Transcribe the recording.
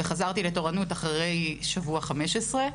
וחזרתי לתורנות אחרי שבוע ה-15.